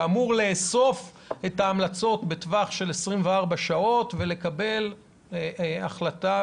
שאמור לאסוף את ההמלצות בטווח של 24 שעות ולקבל החלטה.